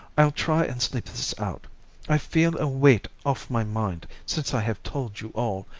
i'll try and sleep this out i feel a weight off my mind since i have told you all.